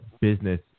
business